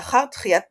לאחר דחיית פורטוגל,